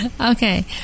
Okay